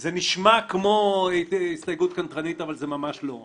זה נשמע כמו הסתייגות קנטרנית, אבל זה ממש לא.